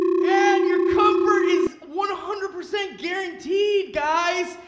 and your comfort is one hundred percent guaranteed, guys!